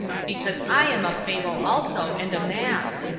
because i am a fable also and a mask,